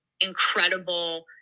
incredible